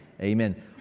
Amen